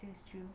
that's true